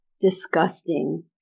disgusting